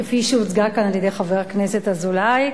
כפי שהוצגה כאן על-ידי חבר הכנסת אזולאי,